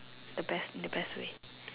the best the best way